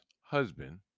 husband